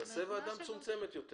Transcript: תעשה ועדה מצומצמת יותר.